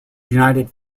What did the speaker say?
united